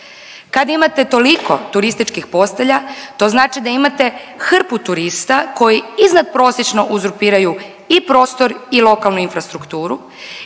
Kad imate toliko turističkih postelja to znači da imate hrpu turista koji iznad prosječno uzurpiraju i prostor i lokalnu infrastrukturu